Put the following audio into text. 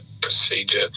procedure